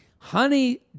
Honey